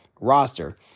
roster